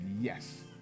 yes